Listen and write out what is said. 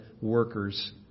workers